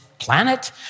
Planet